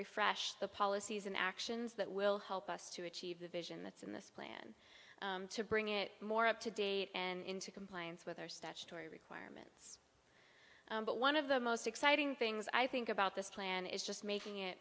refresh the policies and actions that will help us to achieve the vision that's in this plan to bring it more up to date and into compliance with our statutory requirements but one of the most exciting things i think about this plan is just making it